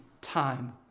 time